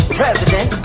president